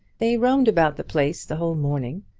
they roamed about the place the whole morning,